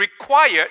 required